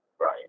right